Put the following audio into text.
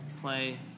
play